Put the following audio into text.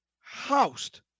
Housed